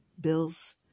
bills